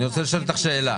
אני רוצה לשאול אותך שאלה.